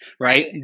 right